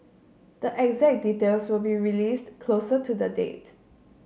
the exact details will be released closer to the date